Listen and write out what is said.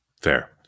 Fair